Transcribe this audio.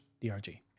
D-R-G